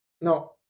No